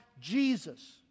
jesus